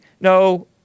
No